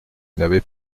n’avait